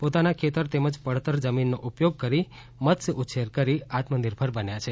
પોતાના ખેતર તેમજ પડતર જમીનનો ઉપયોગ કરી મત્સ્યઉછેર કરી આત્મનિર્ભર બન્યા છે